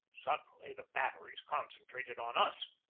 suddenly the batteries concentrated on us.